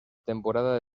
temporada